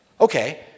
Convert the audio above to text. Okay